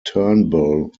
turnbull